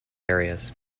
areas